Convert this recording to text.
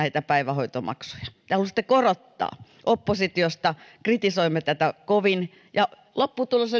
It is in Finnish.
päivähoitomaksuja te halusitte korottaa oppositiosta kritisoimme tätä kovin ja lopputulos